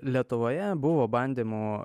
lietuvoje buvo bandymų